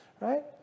right